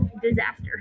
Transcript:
disaster